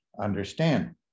understand